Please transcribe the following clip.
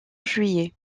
juillet